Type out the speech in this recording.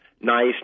nice